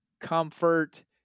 comfort